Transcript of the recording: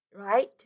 right